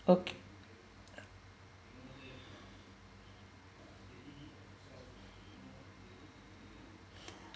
okay